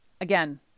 Again